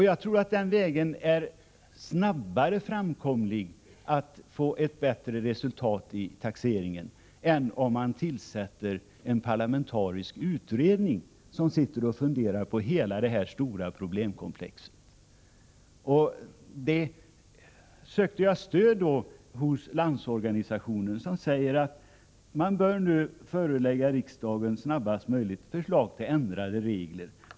Jag tror att den vägen är snabbare framkomlig när man vill få ett bättre resultat i taxeringen än om man tillsätter en parlamentarisk utredning, som sitter och funderar på hela detta stora problemkomplex. Jag har sökt stöd hos Landsorganisationen, som säger att man snarast möjligt bör förelägga riksdagen förslag till ändrade regler.